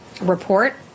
report